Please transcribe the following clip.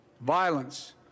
violence